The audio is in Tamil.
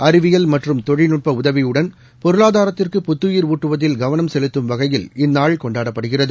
அறிவியல் மற்றும் தொழில்நுட்ப உதவியுடன் பொருளாதாரத்திற்கு புத்தயிர் ஊட்டுவதில் கவனம் செலுத்தும் வகையில் இந்நாள் கொண்டாடப்படுகிறது